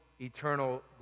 eternal